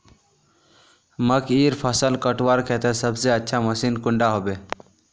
मकईर फसल कटवार केते सबसे अच्छा मशीन कुंडा होबे?